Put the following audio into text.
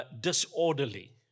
disorderly